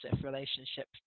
relationship